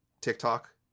TikTok